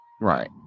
Right